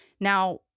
Now